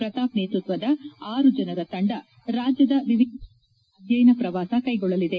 ಪ್ರತಾಪ್ ನೇತೃತ್ವದ ಕೇಂದ್ರದ ಆರು ಜನರ ತಂಡ ರಾಜ್ಯದ ವಿವಿಧ ಭಾಗಗಳಲ್ಲಿ ಅಧ್ಯಯನ ಪ್ರವಾಸ ಕ್ಷೆಗೊಳ್ಳಲಿದೆ